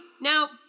Now